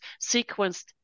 sequenced